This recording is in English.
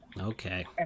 okay